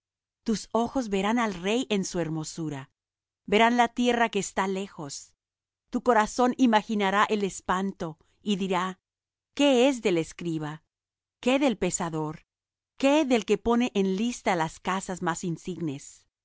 tus ojos verán al rey en su hermosura verán la tierra que está lejos tu corazón imaginará el espanto y dirá qué es del escriba qué del pesador qué del que pone en lista las casas más insignes